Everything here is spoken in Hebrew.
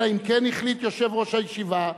אלא אם כן החליט יושב-ראש הישיבה,